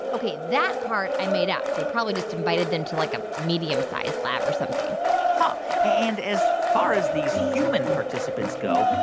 ok, that part i made up. they probably just invited them to, like, a medium-sized lab or something huh. and as far as these are human participants go,